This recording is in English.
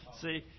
See